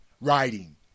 riding